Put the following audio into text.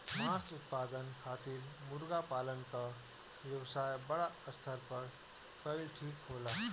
मांस उत्पादन खातिर मुर्गा पालन क व्यवसाय बड़ा स्तर पर कइल ठीक होला